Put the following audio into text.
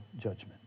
judgment